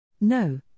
No